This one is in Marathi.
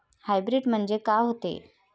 हाइब्रीड म्हनजे का होते?